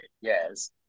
yes